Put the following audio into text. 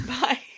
bye